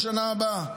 בשנה הבאה.